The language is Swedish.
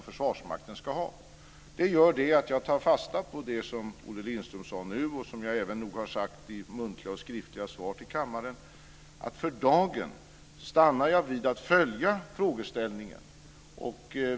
Detta gör att jag tar fasta på det som Olle Lindström nu har sagt och som även jag i muntliga och skriftliga svar till kammaren har framhållit, att jag för dagen stannar vid att följa frågeställningen.